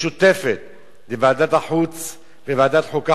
משותפת לוועדת החוץ והביטחון ולוועדת החוקה,